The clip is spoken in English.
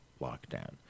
lockdown